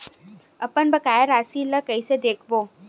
अपन बकाया राशि ला कइसे देखबो?